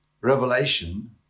Revelation